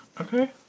Okay